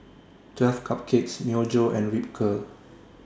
twelve Cupcakes Myojo and Ripcurl